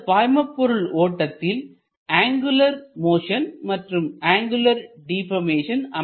இந்த பாய்மபொருள் ஓட்டத்தில் அங்குலர் மோஷன் மற்றும் அங்குலர் டிபர்மேசன்